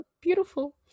beautiful